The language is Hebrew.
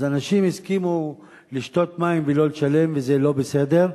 אז אנשים הסכימו לשתות מים ולא לשלם, וזה לא בסדר.